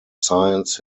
science